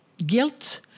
Guilt